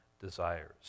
desires